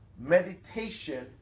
meditation